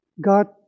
God